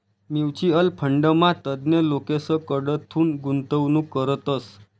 mutual फंडमा तज्ञ लोकेसकडथून गुंतवणूक करतस